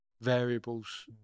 variables